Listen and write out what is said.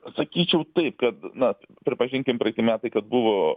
sakyčiau taip kad na pripažinkim praiti metai kad buvo